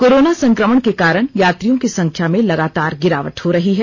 corona संक्रमण के कारण यात्रियों की संख्या में लगातार गिरावट हो रही है